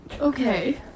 Okay